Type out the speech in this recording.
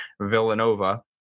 Villanova